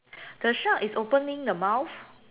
the shark is opening the mouth